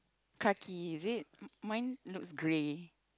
khaki is it mine looks gray